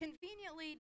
conveniently